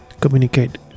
communicate